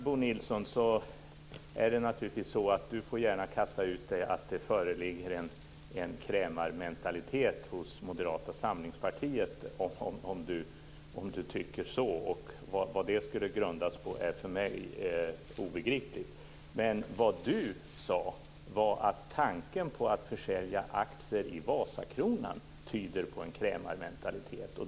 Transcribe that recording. Bo Nilsson får gärna kasta ur sig att det föreligger en krämarmentalitet hos Moderata samlingspartiet om han tycker det. Vad det skulle grunda sig på är för mig obegripligt. Men Bo Nilsson sade att tanken på att försälja aktier i Vasakronan tyder på en krämarmentalitet.